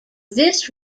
this